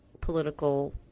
political